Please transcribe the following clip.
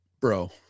bro